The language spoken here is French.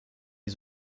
les